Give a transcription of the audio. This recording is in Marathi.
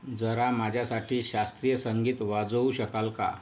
जरा माझ्यासाठी शास्त्रीय संगीत वाजवू शकाल का